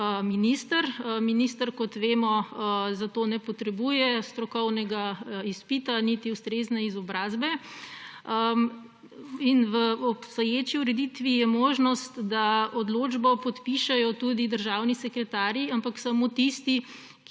minister. Minister, kot vemo, za to ne potrebuje strokovnega izpita niti ustrezne izobrazbe. V obstoječi ureditvi je možnost, da odločbo podpišejo tudi državni sekretarji, ampak samo tisti,